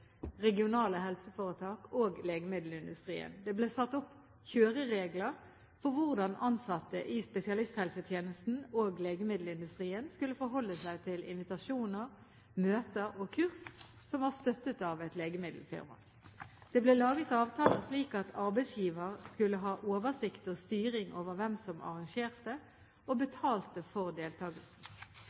regionale helseforetak og legemiddelindustrien. Det ble satt opp «kjøreregler» for hvordan ansatte i spesialisthelsetjenesten og legemiddelindustrien skulle forholde seg til invitasjoner, møter og kurs som var støttet av et legemiddelfirma. Det ble laget avtaler, slik at arbeidsgiver skulle ha oversikt og styring over hvem som arrangerte og betalte for